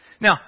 Now